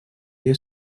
dia